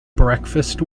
breakfast